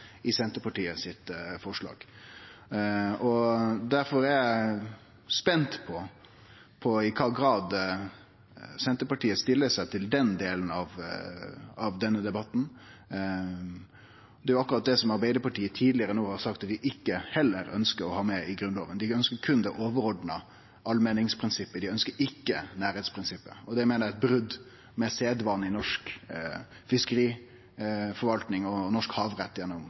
i Senterpartiets forslag. Difor er eg spent på korleis Senterpartiet stiller seg til den delen av denne debatten. Det er akkurat det Arbeidarpartiet tidlegare no har sagt, at dei ikkje ønskjer å ha det med i Grunnloven – dei ønskjer berre det overordna allmenningsprinsippet, ikkje nærleiksprinsippet. Det meiner eg er eit brot med sedvanen i norsk fiskeriforvaltning og norsk havrett gjennom